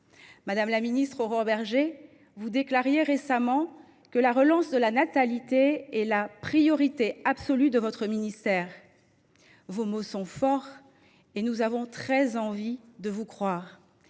Madame la ministre Aurore Bergé, vous déclariez récemment que la relance de la natalité est la priorité absolue de votre ministère. Vos mots sont forts et nous avons très envie de vous croire.